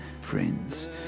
friends